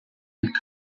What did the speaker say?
had